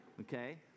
okay